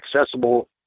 accessible